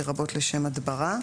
לרבות לשם הדברה,